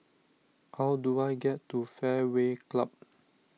how do I get to Fairway Club